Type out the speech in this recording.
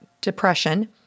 depression